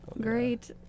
Great